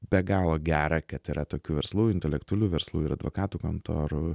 be galo gera kad yra tokių verslų intelektualių verslų ir advokatų kontorų